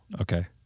Okay